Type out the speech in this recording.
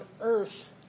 earth